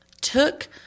took